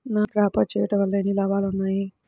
ఈ క్రాప చేయుట వల్ల ఎన్ని లాభాలు ఉన్నాయి?